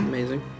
Amazing